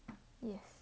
yes